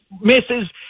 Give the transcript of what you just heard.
misses